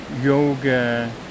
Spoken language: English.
yoga